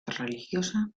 religiosa